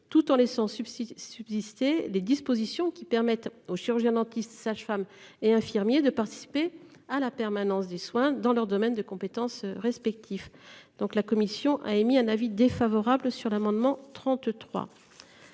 tout en laissant subsister les dispositions qui permettent aux chirurgiens-dentistes, aux sages-femmes et aux infirmiers de participer à la permanence des soins dans leur domaine de compétence respectif. La commission a donc émis un avis défavorable sur l'amendement n°